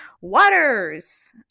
waters